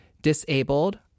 disabled